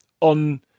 on